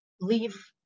leave